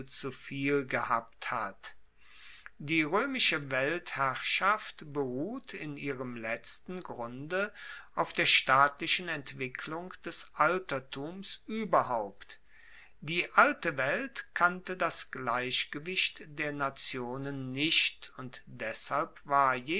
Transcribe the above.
zu viel gehabt hat die roemische weltherrschaft beruht in ihrem letzten grunde auf der staatlichen entwicklung des altertums ueberhaupt die alte welt kannte das gleichgewicht der nationen nicht und deshalb war